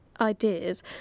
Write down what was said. ideas